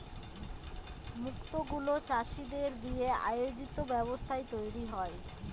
মুক্ত গুলো চাষীদের দিয়ে আয়োজিত ব্যবস্থায় তৈরী হয়